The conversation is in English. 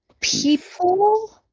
people